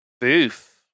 Boof